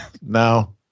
No